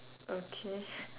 okay